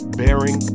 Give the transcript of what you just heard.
bearing